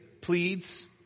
pleads